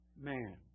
man